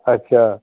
अच्छा